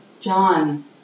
john